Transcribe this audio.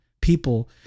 people